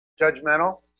Judgmental